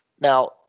Now